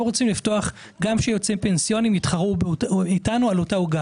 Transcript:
הם רוצים לפתוח כך שגם יועצים פנסיוניים יתחרו איתנו על אותה עוגה.